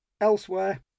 elsewhere